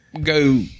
go